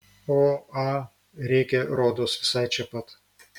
o a rėkė rodos visai čia pat